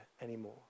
anymore